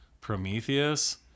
Prometheus